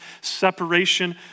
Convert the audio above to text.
separation